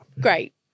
Great